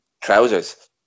trousers